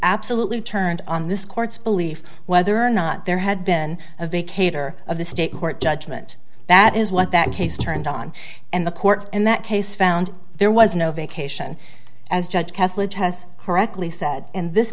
absolutely turned on this court's belief whether or not there had been a vacate or of the state court judgement that is what that case turned on and the court in that case found there was no vacation as judge catholic has correctly said in this